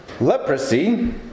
Leprosy